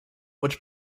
which